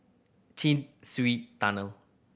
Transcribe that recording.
Chin Swee Tunnel